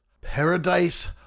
Paradise